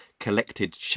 collected